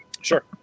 Sure